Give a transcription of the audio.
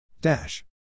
Dash